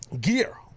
gear